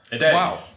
Wow